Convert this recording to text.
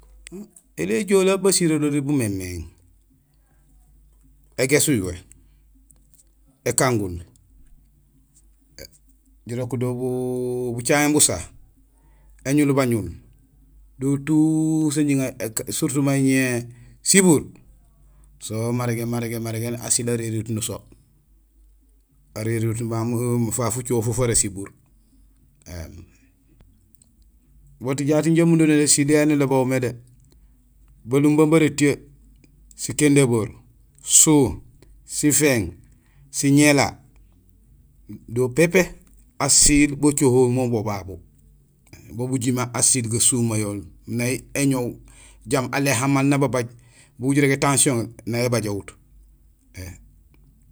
Ēli éjoola basiléroli bu mémééŋ: égéés uyuwé, ékangul, bucaŋéén busa, éñul bañul do tout sin jiŋa; surtout may sibuur so marégéén marégéén asiil arérihut nuso; arérihut fafu fucoho ufu fara sibuur. Boot jaat injé umudo nésiil yayu yaan ilobéhul mé, balumbung bara étiyee, sikindaboor, suu, sifééŋ, siŋéla do pépé asiil bucohohum mool bo babu, bo bujimé asiil gasumayool. Nay éñoow, jaam alé amaan nababaaj; bugul jirégé tension; nay ébajowut.